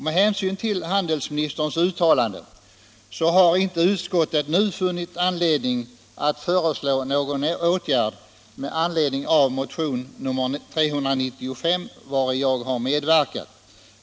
Med hänsyn till handelsministerns uttalande har inte utskottet nu funnit anledning att föreslå någon åtgärd med anledning av motionen 1976/77:395, vars tillkomst jag medverkat till.